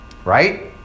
Right